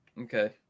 Okay